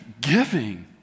giving